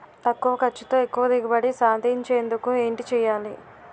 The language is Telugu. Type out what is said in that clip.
తక్కువ ఖర్చుతో ఎక్కువ దిగుబడి సాధించేందుకు ఏంటి చేయాలి?